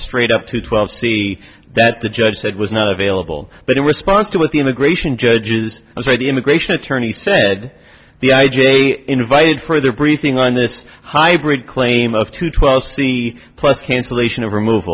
straight up to twelve c that the judge said was not available but in response to what the immigration judges say the immigration attorney said the i j invited further briefing on this hybrid claim of two twelve c plus cancellation of remov